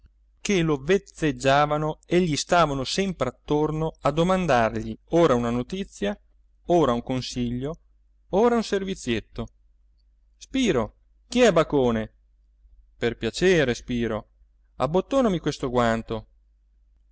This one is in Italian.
che lo vezzeggiavano e gli stavano sempre attorno a domandargli ora una notizia ora un consiglio ora un servizietto spiro chi è bacone per piacere spiro abbottonami questo guanto